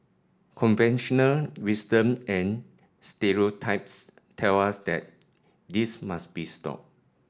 conventional wisdom and stereotypes tell us that this must be stop